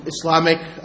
Islamic